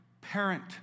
parent